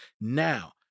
Now